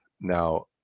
now